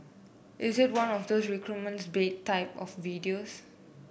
is it one of those recruitment's bait type of videos